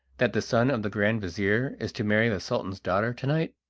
that the son of the grand-vizir is to marry the sultan's daughter to-night?